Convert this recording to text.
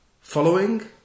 following